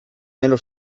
nello